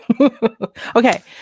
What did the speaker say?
Okay